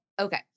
Okay